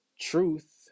truth